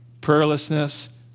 prayerlessness